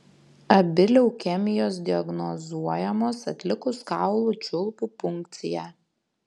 abi leukemijos diagnozuojamos atlikus kaulų čiulpų punkciją